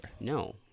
No